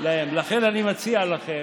לכן אני מציע לכם,